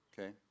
Okay